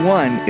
one